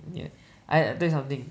ya I tell you something